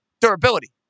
Durability